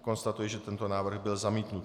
Konstatuji, že tento návrh byl zamítnut.